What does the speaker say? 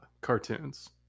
Cartoons